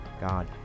God